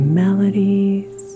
melodies